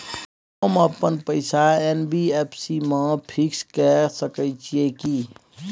हम अपन पैसा एन.बी.एफ.सी म फिक्स के सके छियै की?